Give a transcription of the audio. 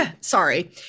sorry